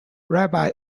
rabbi